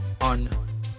on